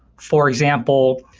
for example,